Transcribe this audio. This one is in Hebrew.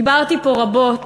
דיברתי פה רבות